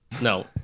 No